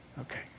Okay